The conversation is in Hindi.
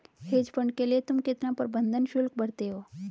हेज फंड के लिए तुम कितना प्रबंधन शुल्क भरते हो?